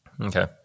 Okay